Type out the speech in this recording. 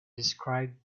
described